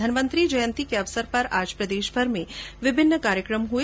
धन्वंतरि जयंती के अवसर पर आज प्रदेशभर में विभिन्न कार्यक्रम हुए